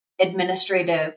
administrative